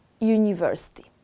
University